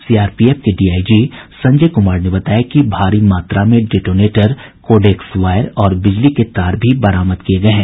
CRPF के DIG Sanjay Kumar ने बताया कि भारी मात्रा में डेटोनेटर कोडेक्स वायर और बिजली के तार भी बरामद किये गये हैं